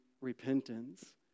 repentance